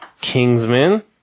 Kingsman